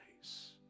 place